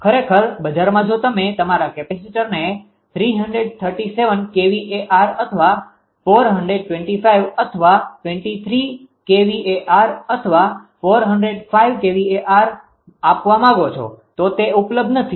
ખરેખર બજારમાં જો તમે તમારા કેપેસિટરને 337kVAr અથવા 425 અથવા 23kVAr અથવા 405 kVAr આપવા માગો છો તો તે ઉપલબ્ધ નથી